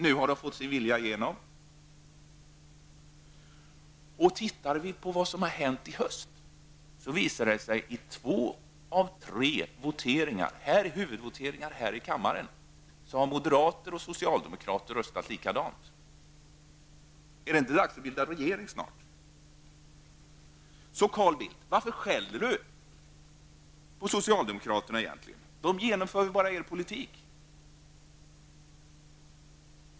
Nu har de fått sin vilja igenom. Tittar vi på vad som hänt i höst visar det sig att i två av tre huvudvoteringar här i kammaren har socialdemokrater och moderater röstat likadant. Är det inte dags att bilda regering snart? De genomför ju moderaternas politik.